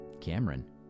Cameron